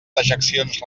dejeccions